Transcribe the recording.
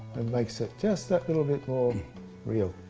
and makes it just that little bit more real.